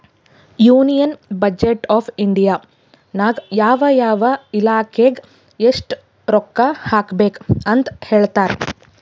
union budget of India ನಾಗ್ ಯಾವ ಯಾವ ಇಲಾಖೆಗ್ ಎಸ್ಟ್ ರೊಕ್ಕಾ ಕೊಡ್ಬೇಕ್ ಅಂತ್ ಹೇಳ್ತಾರ್